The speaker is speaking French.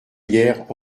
hier